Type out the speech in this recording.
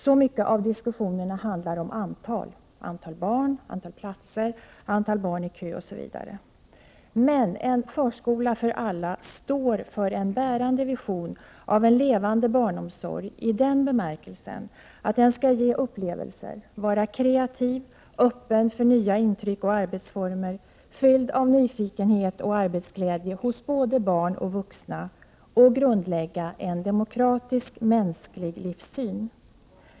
Så mycket av diskussionen handlar om antal: antal barn, antal platser, antal barn i kö osv. Men ”en förskola för alla” står för en bärande vision av en levande barnomsorg i den bemärkelsen att den skall ge upplevelser, vara kreativ, öppen för nya intryck och arbetsformer, fylld av nyfikenhet och arbetsglädje hos både barn och vuxna, och den skall grundlägga en demokratisk, mänsklig livssyn.